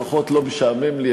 לפחות לא משעמם לי,